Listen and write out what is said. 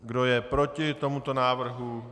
Kdo je proti tomuto návrhu?